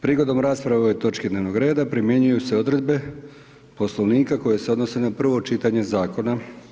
Prigodom rasprave o ovoj točki dnevnog reda primjenjuju se odredbe Poslovnika koje se odnose na prvo čitanje zakona.